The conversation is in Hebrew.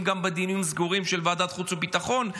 גם בדיונים סגורים של ועדת החוץ והביטחון,